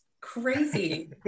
Crazy